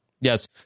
yes